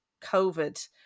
COVID